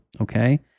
okay